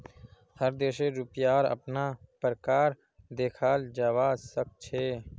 हर देशेर रुपयार अपना प्रकार देखाल जवा सक छे